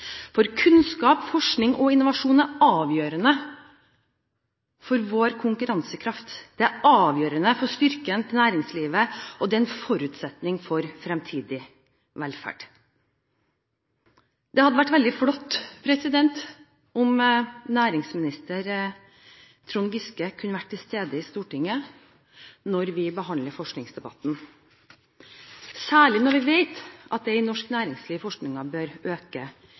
For kunnskap, forskning og innovasjon er avgjørende for vår konkurransekraft, det er avgjørende for å styrke næringslivet, og det er en forutsetning for fremtidig velferd. Det hadde vært veldig flott om næringsminister Trond Giske kunne vært til stede i Stortinget under forskningsdebatten, særlig når vi vet at det er i norsk næringsliv forskningen bør øke